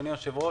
בדרך כלל,